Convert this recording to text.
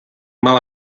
mal